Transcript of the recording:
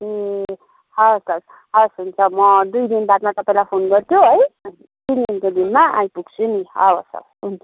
ए हवस् हवस् हवस् हुन्छ म दुई दिन बादमा तपाईँलाई फोन गर्छु है तिन दिनको दिनमा आइपुग्छु नि हवस् हवस् हुन्छ